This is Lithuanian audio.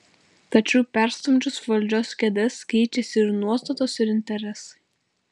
tačiau perstumdžius valdžios kėdes keičiasi ir nuostatos ir interesai